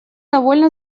довольно